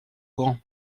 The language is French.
grand